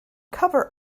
cover